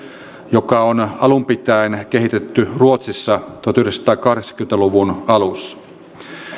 joka on alun pitäen kehitetty ruotsissa tuhatyhdeksänsataakahdeksankymmentä luvun alussa